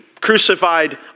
crucified